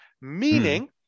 meaning